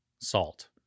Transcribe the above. salt